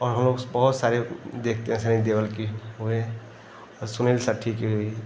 और हम लोग बहुत सारे देखते हैं सनी देओल की हुएँ और सुनील शेट्टी की भी